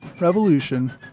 Revolution